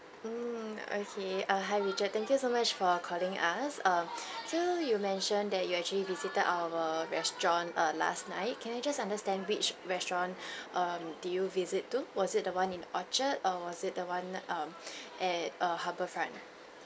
mm okay err hi richard thank you so much for calling us err so you mentioned that you actually visited our restaurant err last night can I just understand which restaurant um did you visit to was it the one in orchard or was it the one um at err harbour front